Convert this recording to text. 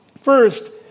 First